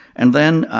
and then,